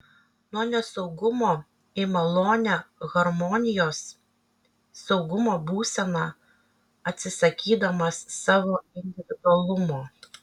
nuo nesaugumo į malonią harmonijos saugumo būseną atsisakydamas savo individualumo